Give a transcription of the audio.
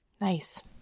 nice